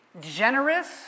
generous